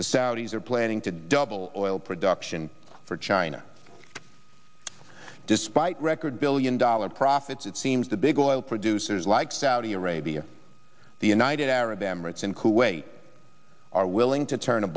the saudis are planning to double boiler production for china despite record billion dollar profits it seems the big oil producers like saudi arabia the united arab emirates and kuwait are willing to turn a